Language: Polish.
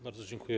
Bardzo dziękuję.